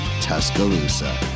tuscaloosa